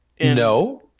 No